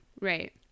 Right